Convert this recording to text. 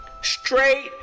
straight